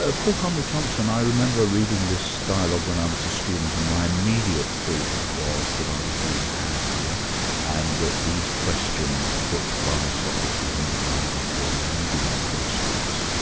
ah paul comrie-thomson, i remember reading this dialogue when i was a student, and my immediate thought was that i was being had here and that these questions put by socrates in the dialogue were leading questions.